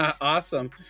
Awesome